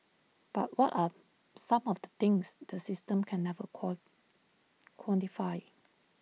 but what are some of the things the system can never call quantify